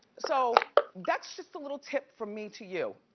so that's just a little tip from me to you.